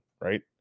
right